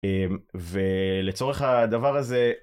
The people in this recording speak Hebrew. אמ.. ולצורך הדבר הזה.